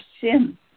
sin